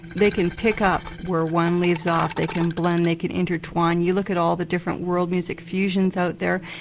they can pick up where one leaves off, they can blend, they can intertwine. you look at all the different world music fusions out there,